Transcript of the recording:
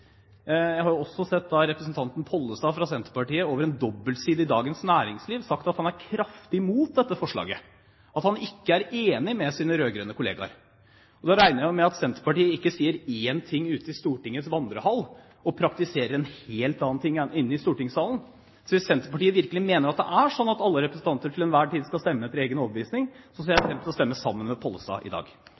Jeg har også sett representanten Pollestad fra Senterpartiet over en dobbeltside i Dagens Næringsliv si at han er kraftig imot dette forslaget, og at han ikke er enig med sine rød-grønne kollegaer. Og da regner jeg jo med at Senterpartiet ikke sier én ting ute i Stortingets vandrehall og praktiserer noe helt annet inne i stortingssalen. Så hvis Senterpartiet virkelig mener at alle representanter til enhver tid skal stemme etter sin egen overbevisning, ser jeg fram til å stemme sammen med Pollestad i dag.